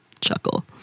chuckle